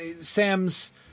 Sam's